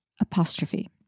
Apostrophe